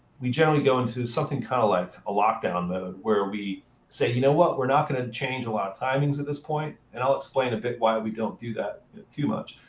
we generally go into something kind of like a lockdown mode, where we say, you know what, we're not going to change a lot of timings at this point. and i'll explain a bit why we don't do that too much.